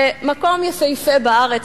במקום יפהפה בארץ,